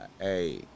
hey